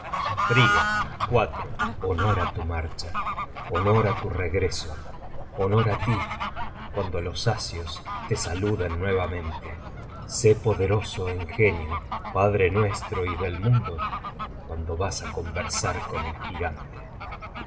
frigga honor á tu marcha honor á tu regreso honor á tí cuando los asios te saluden nuevamente sé poderoso en genio padre nuestro y del mundo cuando vas á conversar con el gigante